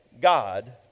God